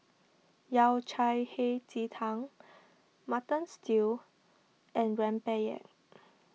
Yao Cai Hei Ji Tang Mutton Stew and Rempeyek